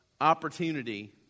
opportunity